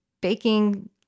baking